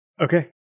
Okay